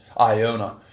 Iona